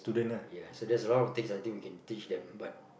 ya so there's a lot of things I think we can teach them but